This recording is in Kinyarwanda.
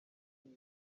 ibi